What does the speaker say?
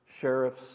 sheriffs